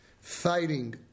Fighting